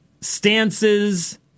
stances